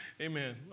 Amen